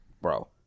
Bro